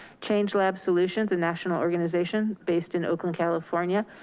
change labs solutions, a national organization based in oakland, california